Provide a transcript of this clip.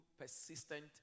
persistent